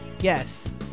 Yes